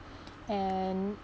and